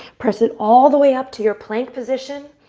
press it all the way up to your plank position.